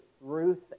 Ruth